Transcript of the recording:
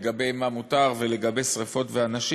לגבי מה מותר ולגבי שרפות ואנשים,